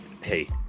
hey